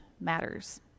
matters